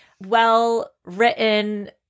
well-written